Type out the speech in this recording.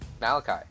Malachi